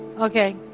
Okay